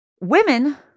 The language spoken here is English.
women